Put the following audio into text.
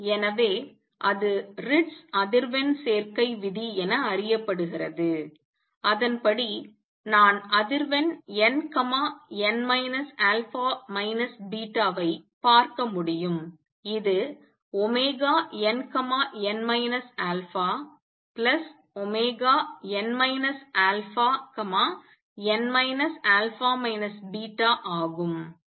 எனவே எது ரிட்ஸ் அதிர்வெண் சேர்க்கை விதி என அறியப்படுகிறது அதன்படி நான் அதிர்வெண் nn α β ஐ பார்க்க முடியும் இது nn αn αn α β ஆகும்